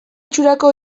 itxurako